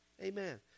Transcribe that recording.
Amen